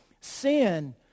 sin